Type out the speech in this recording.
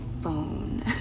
phone